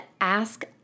Ask